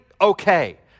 okay